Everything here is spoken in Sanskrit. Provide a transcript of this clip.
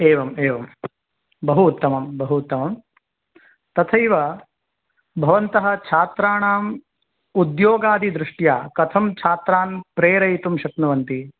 एवम् एवं बहु उत्तमं बहु उत्तमं तथैव भवन्तः छात्राणाम् उद्योगादि दृष्ट्या कथं छात्रान् प्रेरयितुं शक्नुवन्ति